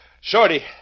Shorty